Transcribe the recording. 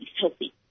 healthy